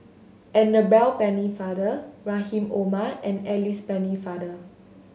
Annabel Pennefather Rahim Omar and Alice Pennefather